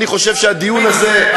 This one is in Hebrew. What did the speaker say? אני חושב שהדיון הזה פוגע,